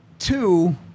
Two